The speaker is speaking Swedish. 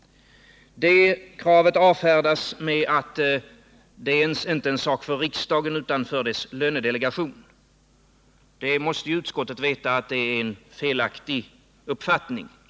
Kravet avfärdas med att detta inte är en sak för riksdagen utan för dess lönedelegation. Men utskottet måste ju veta att det är en felaktig uppfattning.